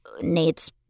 Nate's